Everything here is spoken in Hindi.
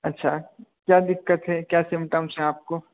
अच्छा क्या दिक्कत है क्या सिम्पटम्स हैं आपको